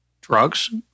drugs